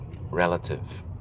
relative